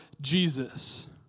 Jesus